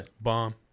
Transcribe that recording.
Bomb